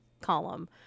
column